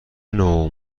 نوع